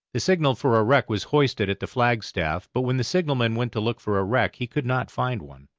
the signal for a wreck was hoisted at the flagstaff, but when the signallman went to look for a wreck he could not find one.